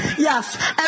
Yes